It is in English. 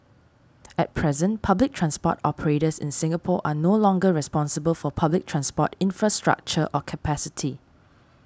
at present public transport operators in Singapore are no longer responsible for public transport infrastructure or capacity